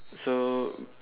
so